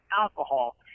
alcohol